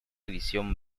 división